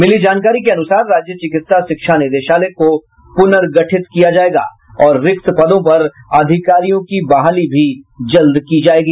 मिली जानकारी के अनुसार राज्य चिकित्सा शिक्षा निदेशालय को पुनर्गठित किया जायेगा और रिक्त पदों पर अधिकारियों की बहाली की जायेगी